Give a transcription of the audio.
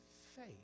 faith